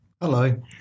Hello